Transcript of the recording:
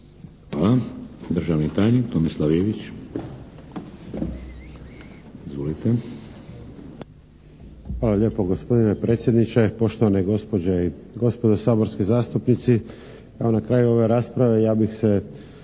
Hvala. Državni tajnik, Tomislav Ivić. Izvolite. **Ivić, Tomislav (HDZ)** Hvala lijepo. Gospodine predsjedniče, poštovane gospođe i gospodo saborski zastupnici. Evo na kraju ove rasprave ja bih se